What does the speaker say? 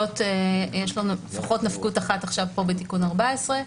יש לו לפחות נפקות אחת עכשיו פה בתיקון 14,